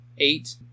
Eight